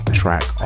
track